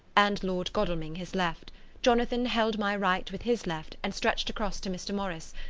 and lord godalming his left jonathan held my right with his left and stretched across to mr. morris.